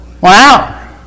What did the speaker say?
Wow